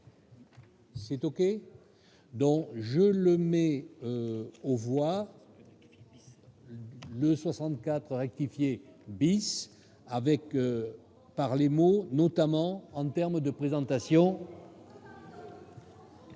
C'est OK, donc je le mets, on voit le 64 rectifier bis avec, par les mots, notamment en termes de présentation.